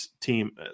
team